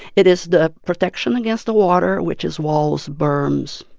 it is the protection against the water, which is walls, berms,